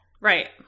Right